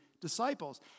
disciples